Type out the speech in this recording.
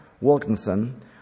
Wilkinson